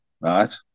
right